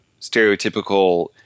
stereotypical